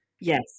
Yes